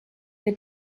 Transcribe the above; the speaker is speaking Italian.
che